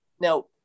now